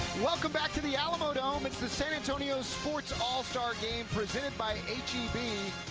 welcome back to the alamodome, it's the san antonio sports all star game presented by h e b.